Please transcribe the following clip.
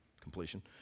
completion